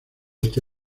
este